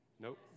Nope